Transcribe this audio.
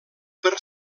per